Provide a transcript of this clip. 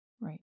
Right